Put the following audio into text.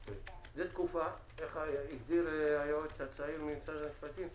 איך הסביר היועץ הצעיר ממשרד המשפטים?